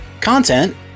Content